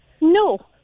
No